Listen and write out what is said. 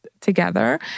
together